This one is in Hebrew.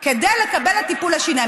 כדי לקבל את טיפול השיניים.